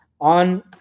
on